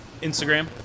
Instagram